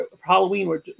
Halloween